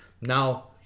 now